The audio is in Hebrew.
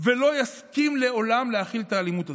ולא יסכים לעולם להכיל את האלימות הזאת.